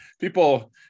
people